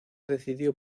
decidió